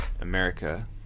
America